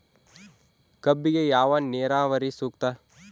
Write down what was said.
ಕಬ್ಬಿಗೆ ಯಾವ ನೇರಾವರಿ ಸೂಕ್ತ?